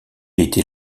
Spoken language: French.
était